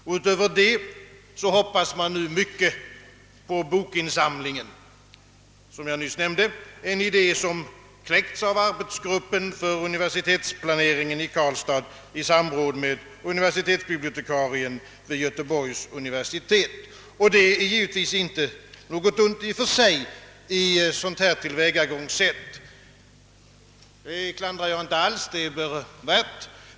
Därutöver hoppas man mycket på bokinsamlingen, som jag nyss nämnde, en idé som kläckts av arbetsgruppen för universitetsplaneringen i Karlstad i samråd med universitetsbibliotekarien vid Göteborgs universitet. Det är givetvis inte något fel i och för sig i ett sådant tillvägagångssätt. Det klandrar jag inte alls. Det är tvärtom bra.